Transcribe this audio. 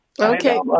Okay